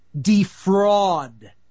Defraud